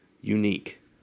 unique